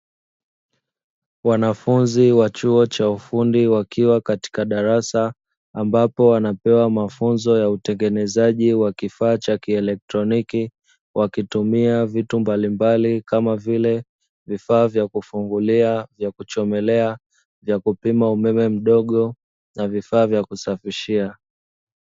Wanafunzi wa chuo cha ufundi wakiwa katika darasa ambapo wanapewa mafunzo ya utengenezaji wa kifaa cha kieletroniki, wakitumia vitu mbalimbali kama vile vifaa vya kufungulia, vya kuchomelea, vya kupima umeme mdogo na vifaa vya kusafishia.